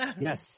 Yes